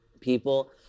People